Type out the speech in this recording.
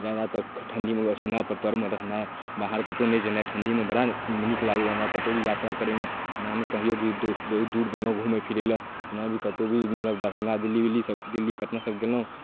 जहाँ तक ठण्डीमे ओछौनाके तरमे रहनाइ बाहर कतौ नहि जेनाइ ठण्डीमे बड़ा नीक लागैया हमरा कतौ भी यात्रा करेमे ने हम कहियो भी बहुत दूर गेलौ घुमै फिरै लए ने कतौ भी मतलब दरभङ्गा दिल्ली उल्ली दिल्ली पटना सब गेलहुॅं